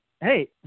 hey